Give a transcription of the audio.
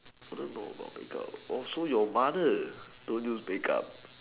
I don't know about breakup oh so your mother told you breakup